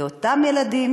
לאותם ילדים,